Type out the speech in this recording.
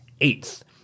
eighth